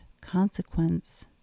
consequence